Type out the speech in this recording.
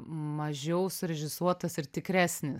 mažiau surežisuotas ir tikresnis